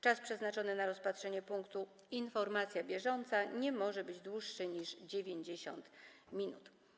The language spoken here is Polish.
Czas przeznaczony na rozpatrzenie punktu: Informacja bieżąca nie może być dłuższy niż 90 minut.